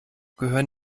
gehören